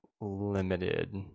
limited